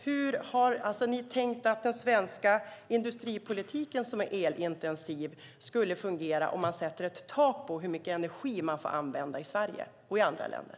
Hur har ni tänkt att den svenska industrin som är elintensiv ska fungera om man sätter ett tak på hur mycket energi man får använda i Sverige och i andra länder?